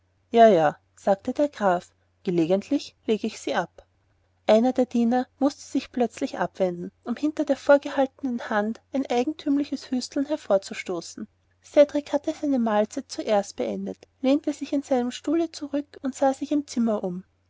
ja ja sagte der graf gelegentlich lege ich sie ab einer der diener mußte sich plötzlich abwenden um hinter der vorgehaltenen hand ein eigentümliches husten hervorzustoßen cedrik hatte seine mahlzeit zuerst beendet lehnte sich in seinem stuhle zurück und sah sich im zimmer um